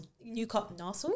Newcastle